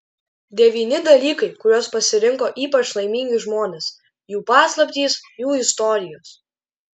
devyni dalykai kuriuos pasirinko ypač laimingi žmonės jų paslaptys jų istorijos